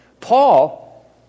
Paul